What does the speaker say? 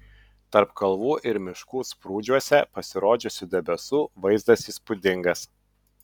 tarp kalvų ir miškų sprūdžiuose pasirodžiusių debesų vaizdas įspūdingas